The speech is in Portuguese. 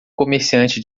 comerciante